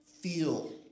feel